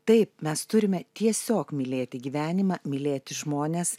taip mes turime tiesiog mylėti gyvenimą mylėti žmones